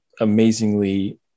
amazingly